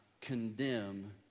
condemn